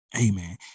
amen